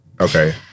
Okay